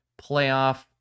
playoff